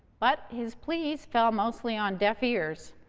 but his pleas fell mostly on deaf ears.